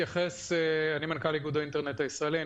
אני מנכ"ל איגוד האינטרנט הישראלי.